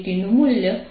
તો આ r છે